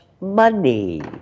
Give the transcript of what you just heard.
money